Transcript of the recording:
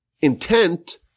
intent